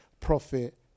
profit